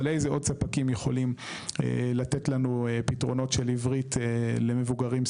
אבל איזה עוד ספקים יכולים לתת לנו פתרונות של עברית למבוגרים,